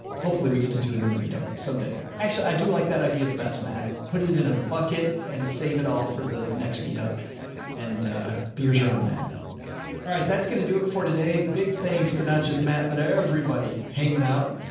hopefully we get to do another meetup someday. actually i do like that idea, the best matt, put it in a bucket and save it all for the next meetup and a beers are on matt. all right. that's going to do it for today. big, thanks to not just matt, but everybody hanging out,